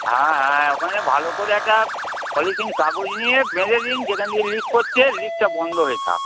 হ্যাঁ হ্যাঁ ওখানে ভালো করে একটা পলিথিন কাগজ নিয়ে বেঁধে দিন যেখান দিয়ে লিক করছে লিকটা বন্ধ হয়ে থাক